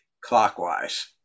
clockwise